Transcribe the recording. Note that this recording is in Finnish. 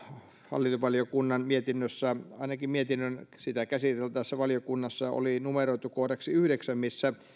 hallintovaliokunnan mietinnössä ainakin sitä käsiteltäessä valiokunnassa oli numeroitu kohdaksi yhdeksän missä